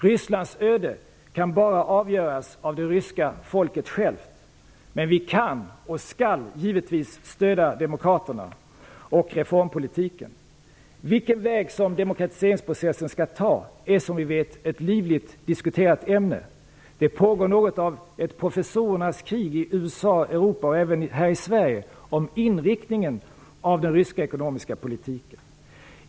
Rysslands öde kan bara avgöras av det ryska folket självt. Men vi kan och skall givetvis stödja demokraterna och reformpolitiken. Vilken väg som demokratiseringsprocessen skall ta är, som vi vet, ett livligt diskuterat ämne. Det pågår något av ett professorernas krig i USA och Europa och även här i Sverige om inriktningen av den ryska ekonomiska politiken.